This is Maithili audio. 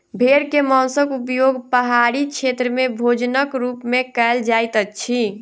भेड़ के मौंसक उपयोग पहाड़ी क्षेत्र में भोजनक रूप में कयल जाइत अछि